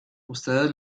ustedes